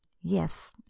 yes